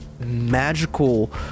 magical